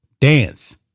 dance